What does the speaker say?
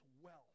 wealth